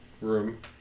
Room